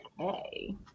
okay